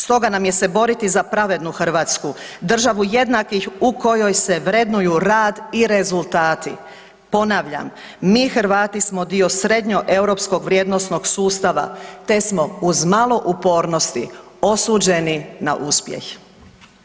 Stoga nam je se boriti za pravednu Hrvatsku, državu jednakih u kojoj se vrednuju rad i rezultati, Ponavljam, mi Hrvati smo srednjoeuropskog vrijednosnog sustava te smo uz malo upornosti, osuđeni na uspjeh.